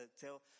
tell